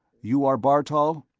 you are bartol?